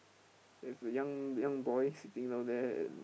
there's a young young boy sitting down there and